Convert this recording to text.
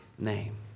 Name